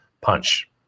punch